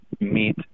meet